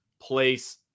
place